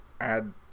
add